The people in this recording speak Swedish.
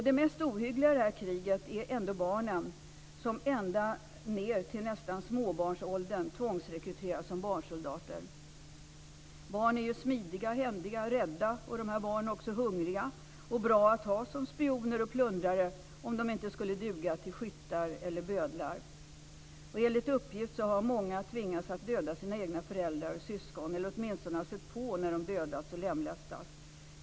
Det mest ohyggliga i detta krig är ändå barnen, som nästan från småbarnsåldern tvångsrekryteras som barnsoldater. Barn är ju smidiga, händiga och rädda, och de här barnen är också hungriga och bra att ha som spioner och plundrare om de inte skulle duga till skyttar eller bödlar. Enligt uppgift har många tvingats att döda sina egna föräldrar och syskon eller att åtminstone se på när de dödats och lemlästats.